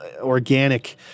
organic